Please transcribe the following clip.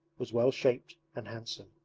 was well shaped and handsome.